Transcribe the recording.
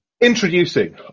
Introducing